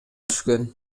түшкөн